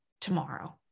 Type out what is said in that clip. tomorrow